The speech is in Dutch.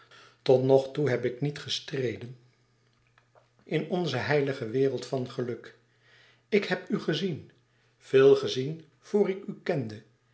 tot nog toe heb ik niet gestreden in onze heilige wereld van geluk ik heb u gezien veel gezien voor ik u kende